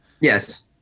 Yes